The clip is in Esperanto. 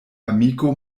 amiko